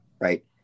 Right